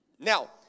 Now